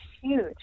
huge